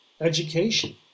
education